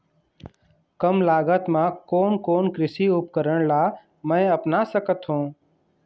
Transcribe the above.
कम लागत मा कोन कोन कृषि उपकरण ला मैं अपना सकथो?